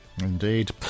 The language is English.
Indeed